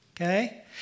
Okay